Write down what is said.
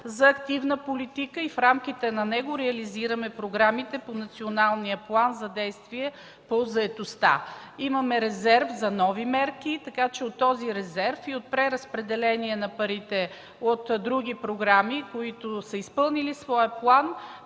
103 млн. лв., в чиито рамки реализираме програмите по Националния план за действие по заетостта. Имаме резерв и за нови мерки, така че от него и от преразпределение на парите от други програми, които са изпълнили своя план,